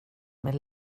med